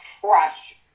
crush